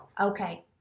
Okay